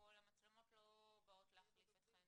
לפרוטוקול המצלמות לא באות להחליף אתכם